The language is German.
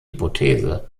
hypothese